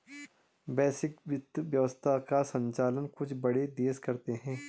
वैश्विक वित्त व्यवस्था का सञ्चालन कुछ बड़े देश करते हैं